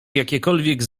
jakiekolwiek